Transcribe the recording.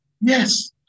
Yes